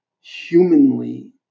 humanly